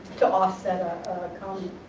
to offset a comment,